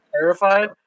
terrified